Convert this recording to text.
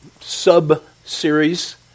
sub-series